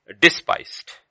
despised